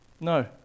no